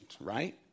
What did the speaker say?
right